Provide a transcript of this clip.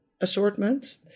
assortment